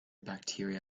bacteria